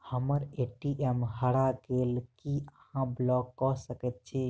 हम्मर ए.टी.एम हरा गेल की अहाँ ब्लॉक कऽ सकैत छी?